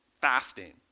fasting